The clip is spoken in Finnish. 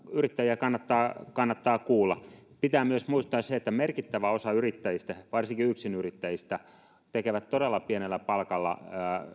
yrittäjiä kannattaa kannattaa kuulla pitää myös muistaa se että merkittävä osa yrittäjistä varsinkin yksinyrittäjistä tekee todella pienellä palkalla